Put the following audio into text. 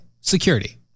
security